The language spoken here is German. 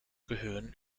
gehören